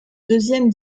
deuxième